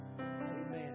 Amen